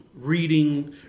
reading